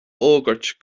fhógairt